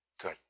Good